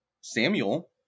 Samuel